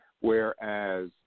whereas